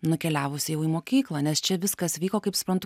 nukeliavus jau į mokyklą nes čia viskas vyko kaip suprantu